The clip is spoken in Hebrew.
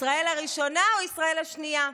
ישראל הראשונה או ישראל השנייה?